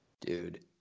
dude